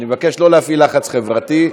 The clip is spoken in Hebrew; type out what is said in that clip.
אני מבקש לא להפעיל לחץ חברתי.